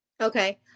Okay